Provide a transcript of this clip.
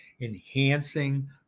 enhancing